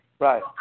Right